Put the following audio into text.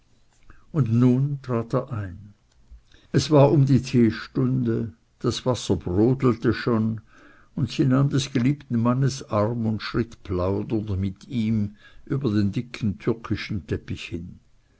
und nun trat er ein es war um die teestunde das wasser brodelte schon und sie nahm des geliebten mannes arm und schritt plaudernd mit ihm über den dicken türkischen teppich hin